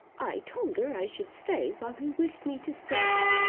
i told her i should stay while he wished me to stay.